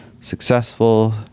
successful